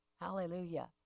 Hallelujah